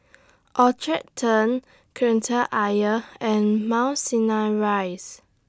Orchard Turn Kreta Ayer and Mount Sinai Rise